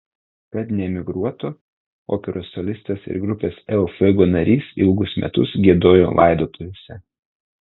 kad neemigruotų operos solistas ir grupės el fuego narys ilgus metus giedojo laidotuvėse